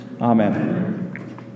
Amen